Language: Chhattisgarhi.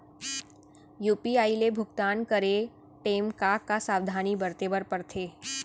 यू.पी.आई ले भुगतान करे टेम का का सावधानी बरते बर परथे